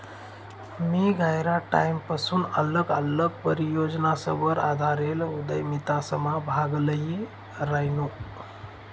मी गयरा टाईमपसून आल्लग आल्लग परियोजनासवर आधारेल उदयमितासमा भाग ल्ही रायनू